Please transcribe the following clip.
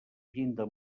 llinda